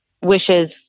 wishes